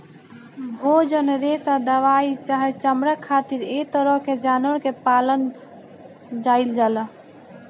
भोजन, रेशा दवाई चाहे चमड़ा खातिर ऐ तरह के जानवर के पालल जाइल जाला